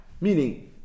meaning